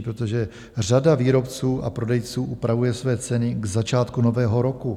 Protože řada výrobců a prodejců upravuje své ceny k začátku nového roku.